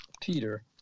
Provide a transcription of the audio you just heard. Peter